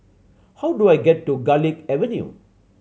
how do I get to Garlick Avenue